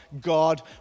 God